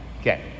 Okay